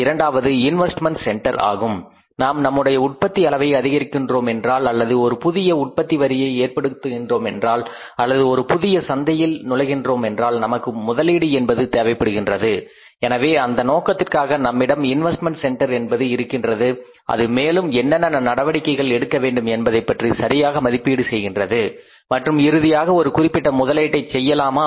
இரண்டாவது investment centre ஆகும் நாம் நம்முடைய உற்பத்தி அளவை அதிகரிக்கின்றோம்மென்றால் அல்லது ஒரு புதிய உற்பத்தி வரியை ஏற்படுத்துகிறோம்மென்றால் அல்லது ஒரு புதிய சந்தையில் நுழைகிறோம்மென்றால் நமக்கு முதலீடு என்பது தேவைப்படுகின்றது எனவே அந்த நோக்கத்திற்காக நம்மிடம் இன்வெஸ்ட்மெண்ட் சென்டர் என்பது இருக்கின்றது அது மேலும் என்னென்ன நடவடிக்கைகள் எடுக்க வேண்டும் என்பதைப் பற்றி சரியாக மதிப்பீடு செய்கின்றது மற்றும் இறுதியாக ஒரு குறிப்பிட்ட முதலீட்டை செய்யலாமா